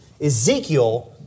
Ezekiel